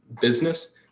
business